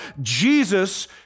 Jesus